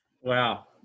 Wow